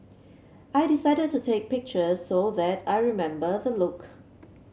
I decided to take pictures so that I remember the look